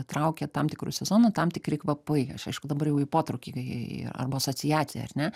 traukia tam tikru sezonu tam tikri kvapai aš aišku dabar jau į potraukį į arba asociaciją ar ne